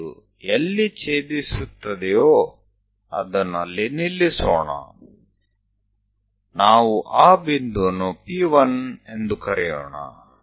ಅದು ಎಲ್ಲಿ ಛೇದಿಸುತ್ತದೆಯೋ ಅದನ್ನು ಅಲ್ಲಿ ನಿಲ್ಲಿಸೋಣ ನಾವು ಆ ಬಿಂದುವನ್ನು P1 ಎಂದು ಕರೆಯೋಣ